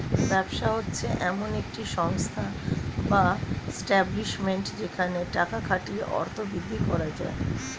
ব্যবসা হচ্ছে এমন একটি সংস্থা বা এস্টাব্লিশমেন্ট যেখানে টাকা খাটিয়ে অর্থ বৃদ্ধি করা যায়